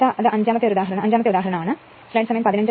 ഇനി അടുത്ത 5 ആം ഉദാഹരണം ആണ്